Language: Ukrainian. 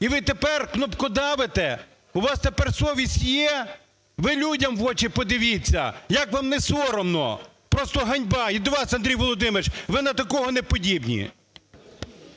і ви тепер кнопкодавите, у вас тепер совість є? Ви людям в очі подивіться, як вам не соромно, просто ганьба. І до вас, Андрій Володимирович, ви на такого не подібні.